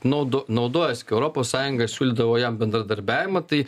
naudo naudojosi kai europos sąjunga siūlydavo jam bendradarbiavimą tai